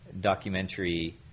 documentary